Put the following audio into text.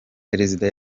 perezida